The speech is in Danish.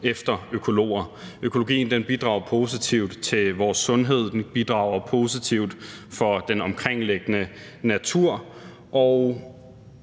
efter økologien. Økologien bidrager positivt til vores sundhed; den bidrager positivt i forhold til den omkringliggende natur. Og